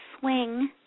swing